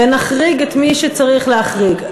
ונחריג את מי שצריך להחריג.